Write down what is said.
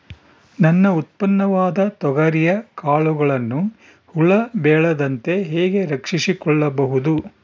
ನನ್ನ ಉತ್ಪನ್ನವಾದ ತೊಗರಿಯ ಕಾಳುಗಳನ್ನು ಹುಳ ಬೇಳದಂತೆ ಹೇಗೆ ರಕ್ಷಿಸಿಕೊಳ್ಳಬಹುದು?